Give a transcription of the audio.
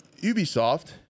Ubisoft